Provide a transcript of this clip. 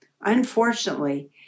Unfortunately